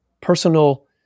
personal